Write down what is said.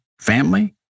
family